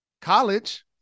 College